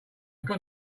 got